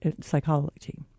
psychology